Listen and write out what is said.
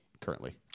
currently